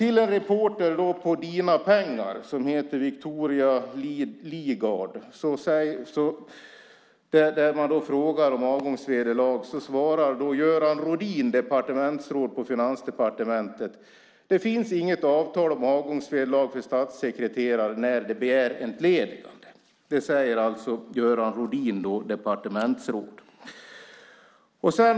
Till en reporter på Dina Pengar som heter Viktoria Leigard svarar Göran Rodin, departementsråd på Finansdepartementet, så här på frågan om avgångsvederlag: Det finns inget avtal om avgångsvederlag till statssekreterare när de begär entledigande.